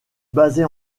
basés